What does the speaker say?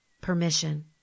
permission